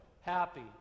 happy